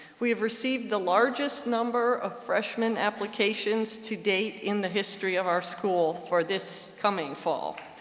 we've received the largest number of freshman applications to date in the history of our school for this coming fall.